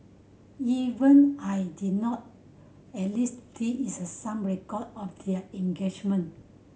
even I did not at least there is a some record of their engagement